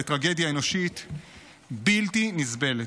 בטרגדיה אנושית בלתי נסבלת.